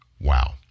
Wow